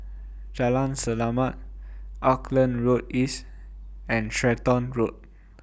Jalan Selamat Auckland Road East and Stratton Road